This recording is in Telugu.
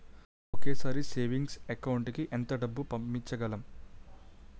ఒకేసారి సేవింగ్స్ అకౌంట్ కి ఎంత డబ్బు పంపించగలము?